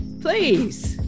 Please